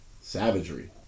Savagery